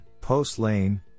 post-lane